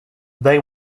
they